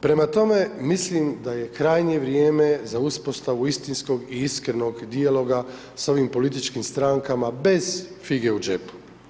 Prema tome, mislim daj je krajnje vrijeme za uspostavu istinskog i iskrenog dijaloga s ovim političkim strankama bez fige u džepu.